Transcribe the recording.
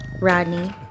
Rodney